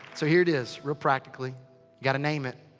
so here it is. real practically. you gotta name it.